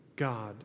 God